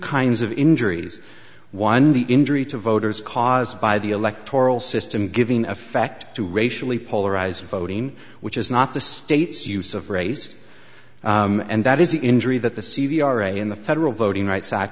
kinds of injuries one the injury to voters caused by the electoral system giving effect to racially polarized voting which is not the state's use of race and that is the injury that the c v r a in the federal voting rights